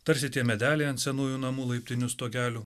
tarsi tie medeliai ant senųjų namų laiptinių stogelių